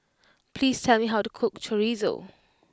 please tell me how to cook Chorizo